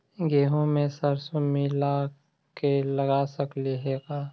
गेहूं मे सरसों मिला के लगा सकली हे का?